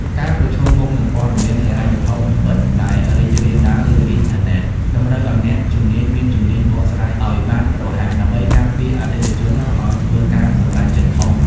ការប្រឈមមុខនឹងព័ត៌មានហិរញ្ញវត្ថុមិនពិតដែលរីករាលដាលលើអ៊ីនធឺណិត តម្រូវឱ្យអ្នកជំនាញមានជំនាញបកស្រាយឱ្យបានរហ័ស ដើម្បីការពារអតិថិជនកុំឱ្យធ្វើការសម្រេចចិត្តខុស។